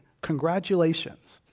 Congratulations